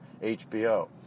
HBO